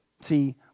See